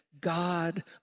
God